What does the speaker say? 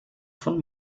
von